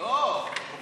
מה